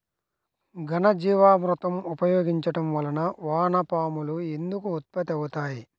ఘనజీవామృతం ఉపయోగించటం వలన వాన పాములు ఎందుకు ఉత్పత్తి అవుతాయి?